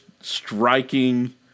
striking